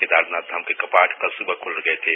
केदारनाथ धाम के कपाट कल सुबह खुल गए थे